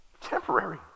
temporary